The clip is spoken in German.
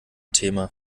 thema